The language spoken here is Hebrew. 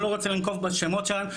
אני לא רוצה לנקוב בשמות שלהם,